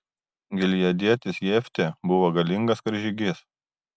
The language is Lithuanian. gileadietis jeftė buvo galingas karžygys